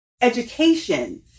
education